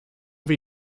wie